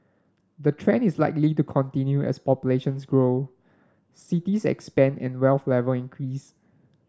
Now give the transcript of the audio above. the trend is likely to continue as populations grow cities expand and wealth level increase